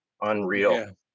unreal